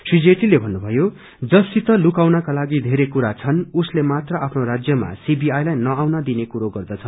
श्री जेटलीले भन्नुभयो जससित लुकानको लागि धेरै कुरा छन् उसले मात्र आफ्नो राज्यमा सीबीआई लाई नआउन दिने कुरो गर्दछ